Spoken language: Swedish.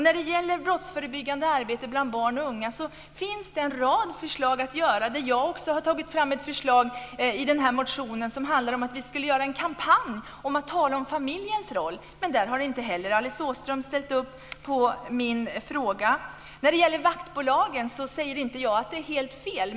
När det gäller brottsförebyggande arbete bland barn och unga finns det en rad förslag att genomföra. Jag har också tagit fram ett förslag i motionen som handlar om att göra en kampanj om att tala om familjens roll. Men inte heller där har Alice Åström ställt upp på mitt förslag. Jag säger inte att det är helt fel att anlita vaktbolag.